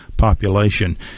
population